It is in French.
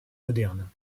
modernes